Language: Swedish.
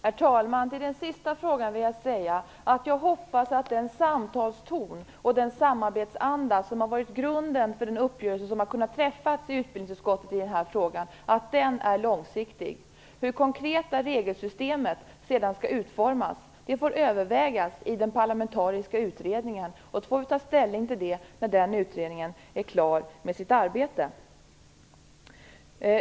Herr talman! På den sista frågan vill jag svara att jag hoppas att den samtalston och den samarbetsanda som har varit grunden för den uppgörelse som har kunnat träffas i utbildningsutskottet i den här frågan är långsiktig. Hur det konkreta regelsystemet sedan skall utformas får övervägas i den parlamentariska utredningen. Vi får ta ställning till det när den utredningen är klar med sitt arbete.